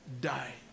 die